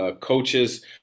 coaches